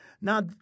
Now